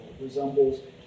resembles